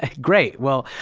ah great. well,